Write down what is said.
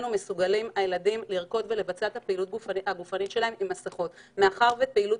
הילדים שלנו מסוגלים לרקוד ולבצע פעילות גופנית עם מסכות מאחר ופעילות